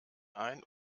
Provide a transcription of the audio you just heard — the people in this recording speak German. ein